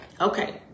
Okay